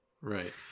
Right